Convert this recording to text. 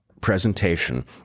presentation